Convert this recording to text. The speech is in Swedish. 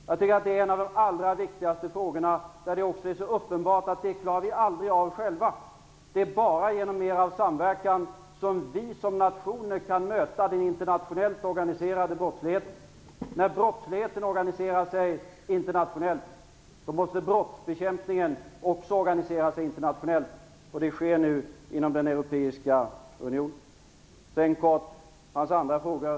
Jag tycker att det är en av de allra viktigaste frågorna, och det är uppenbart att vi aldrig klarar den själva. Det är bara genom mer av samverkan som vi som nationer kan möta den internationellt organiserade brottsligheten. När brottsligheten organiserar sig internationellt, måste också brotts bekämpningen organiseras internationellt, och det sker nu inom Europeiska unionen. Så några ord om Per Gahrtons andra frågor.